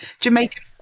Jamaican